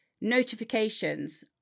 notifications